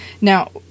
Now